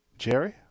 Jerry